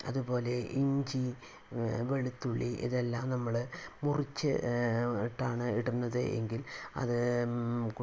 അതുപോലെ ഇഞ്ചി വെളുത്തുള്ളി ഇതെല്ലം നമ്മള് മുറിച്ച് ഇട്ടാണ് ഇടുന്നതെങ്കിൽ അത്